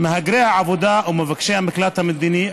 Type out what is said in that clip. מהגרי העבודה ומבקשי המקלט המדיני.